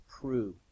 prove